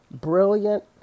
brilliant